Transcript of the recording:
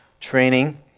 training